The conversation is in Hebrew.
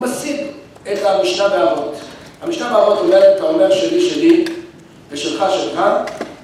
‫מסיב את המשנה באבות. ‫המשנה באבות אומרת האומר ‫שלי, שלי, ושלך, שלך.